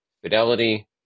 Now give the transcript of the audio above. fidelity